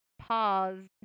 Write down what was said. pause